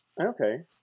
okay